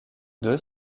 deux